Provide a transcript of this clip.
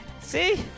See